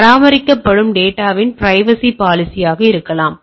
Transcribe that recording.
பராமரிக்கப்படும் டேட்டாவின் privacy policy இருக்கலாம்